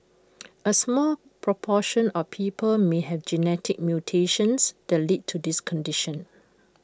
A small proportion of people may have genetic mutations that lead to this condition